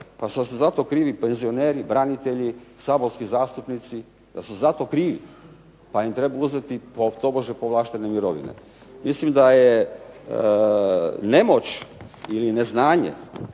pa su zato krivi penzioneri, branitelji, saborski zastupnici da su za to krivi, pa im treba imati tobože povlaštene mirovine. Mislim da je nemoć ili ne znanje